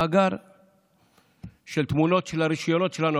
מאגר של תמונות של הרישיונות שלנו.